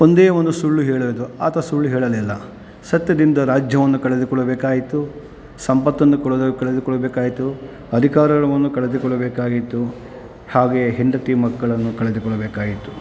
ಒಂದೇ ಒಂದು ಸುಳ್ಳು ಹೇಳೋದು ಆತ ಸುಳ್ಳು ಹೇಳಲಿಲ್ಲ ಸತ್ಯದಿಂದ ರಾಜ್ಯವನ್ನು ಕಳೆದುಕೊಳ್ಳಬೇಕಾಯಿತು ಸಂಪತ್ತನ್ನು ಕೂಡ ಕಳೆದುಕೊಳ್ಳಬೇಕಾಯಿತು ಅಧಿಕಾರವನ್ನು ಕಳೆದುಕೊಳ್ಳಬೇಕಾಗಿತ್ತು ಹಾಗೆಯೇ ಹೆಂಡತಿ ಮಕ್ಕಳನ್ನು ಕಳೆದುಕೊಳ್ಳಬೇಕಾಗಿತ್ತು